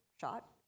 shot